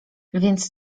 więc